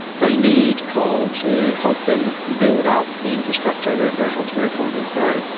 they need coal to help them build up the infrastructure that helps their economies grow.